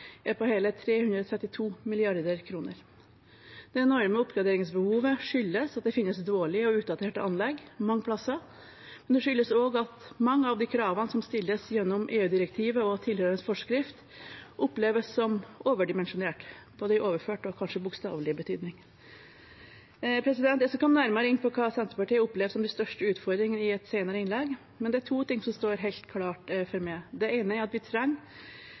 er på hele 332 mrd. kr. Det enorme oppgraderingsbehovet skyldes at det finnes dårlige og utdaterte anlegg mange plasser, men det skyldes også at mange av kravene som stilles gjennom EU-direktivet og tilhørende forskrift, oppleves som overdimensjonerte, både i overført og kanskje i bokstavelig betydning. Jeg skal komme nærmere inn på hva Senterpartiet opplever som de største utfordringene, i et senere innlegg, men det er to ting som står helt klart for meg: Det ene er at vi trenger